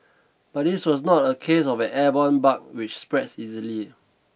but this was not a case of an airborne bug which spreads easily